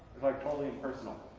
like totally impersonal.